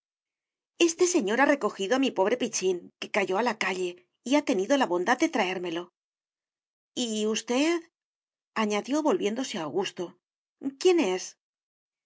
este señor ha recojido a mi pobre pichín que cayó a la calle y ha tenido la bondad de traérmelo y ustedañadió volviéndose a augusto quién es